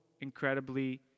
incredibly